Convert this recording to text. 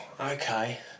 Okay